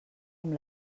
amb